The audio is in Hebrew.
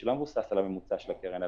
שלא מבוסס על הממוצע של הקרן,